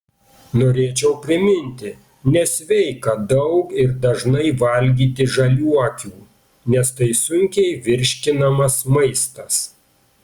norėčiau priminti nesveika daug ir dažnai valgyti žaliuokių nes tai sunkiai virškinamas maistas